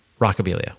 Rockabilia